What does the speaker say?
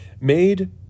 Made